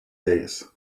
days